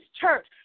church